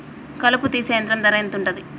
కలుపు తీసే యంత్రం ధర ఎంతుటది?